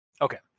Okay